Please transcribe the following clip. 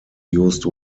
used